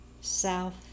south